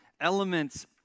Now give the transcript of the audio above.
elements